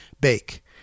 bake